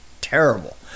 terrible